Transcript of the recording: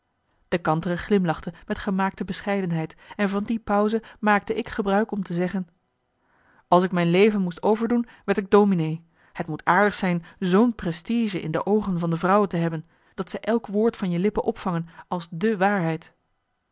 de kantere glimlachte met gemaakte bescheidenheid en van die pauze maakte ik gebruik om te zeggen als ik mijn leven moest overdoen werd ik dominee het moet aardig zijn z'n prestige in de oogen van de vrouwen te hebben dat zij elk woord van je lippen opvangen als de waarheid